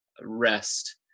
rest